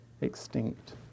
extinct